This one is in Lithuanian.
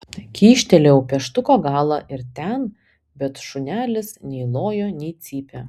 kyštelėjau pieštuko galą ir ten bet šunelis nei lojo nei cypė